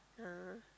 ah